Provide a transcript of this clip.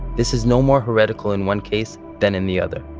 this is no more heretical in one case than in the other,